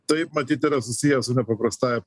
taip matyt yra susiję su nepaprastąja